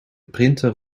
printer